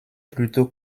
plutôt